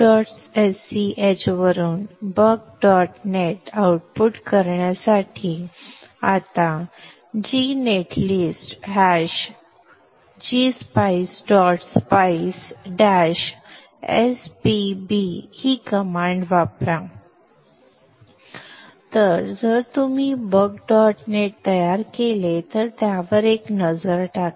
sch वरून buck dot net output करण्यासाठी आता g net list hash g spice dot spice dash spb ही command वापरा तर जर तुम्ही बक डॉट नेट तयार केले तर त्यावर एक नजर टाका